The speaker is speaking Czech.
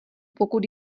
pokud